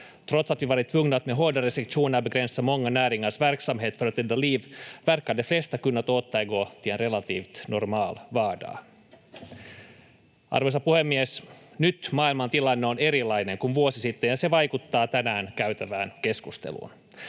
Arvoisa puhemies! Nyt maailmantilanne on erilainen kuin vuosi sitten, ja se vaikuttaa tänään käytävään keskusteluun.